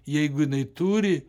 jeigu jinai turi